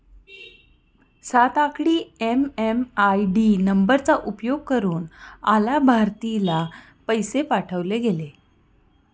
सात आकडी एम.एम.आय.डी नंबरचा उपयोग करुन अलाभार्थीला पैसे पाठवले गेले